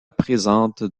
présente